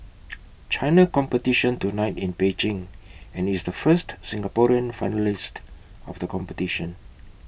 China competition tonight in Beijing and is the first Singaporean finalist of the competition